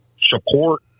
support